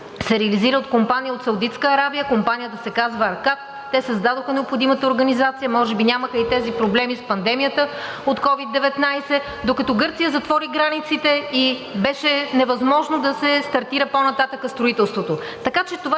се реализира от компания от Саудитска Арабия. Компанията се казва „Аркад“. Те създадоха необходимата организация, може би нямаха и тези проблеми с пандемията от COVID-19, докато Гърция затвори границите и беше невъзможно да се стартира по-нататък строителството,